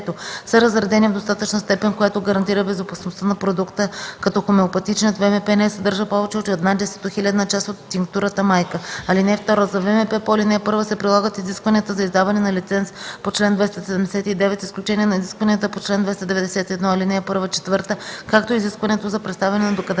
са разредени в достатъчна степен, която гарантира безопасността на продукта, като хомеопатичният ВМП не съдържа повече от една десетохилядна част от тинктурата-майка. (2) За ВМП по ал. 1 се прилагат изискванията за издаване на лиценз по чл. 279, с изключение на изискванията по чл. 291, ал. 1 - 4, както и изискването за представяне на доказателства